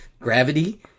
gravity